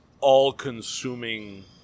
all-consuming